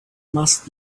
must